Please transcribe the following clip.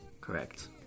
Correct